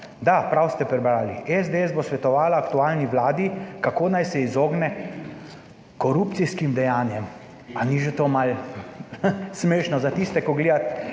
Da, prav ste prebrali, SDS bo svetovala aktualni Vladi, kako naj se izogne korupcijskim dejanjem. Ali ni že to malo, ha, smešno za tiste, ko gledate